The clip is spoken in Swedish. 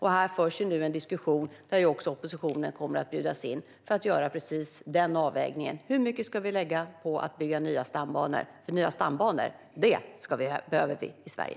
Här förs det nu en diskussion där också oppositionen kommer att bjudas in för att göra precis denna avvägning, alltså hur mycket som ska läggas på att bygga nya stambanor, för nya stambanor behöver vi i Sverige.